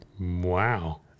Wow